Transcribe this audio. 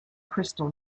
crystal